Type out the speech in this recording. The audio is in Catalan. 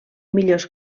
millors